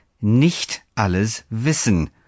Nicht-Alles-Wissen